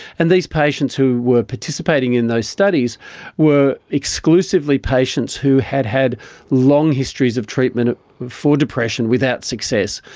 and these patients who were participating in those studies were exclusively patients who had had long histories of treatment for depression without success.